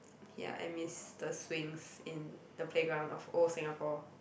ya I miss the swings in the playground of old Singapore